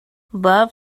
love